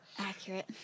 Accurate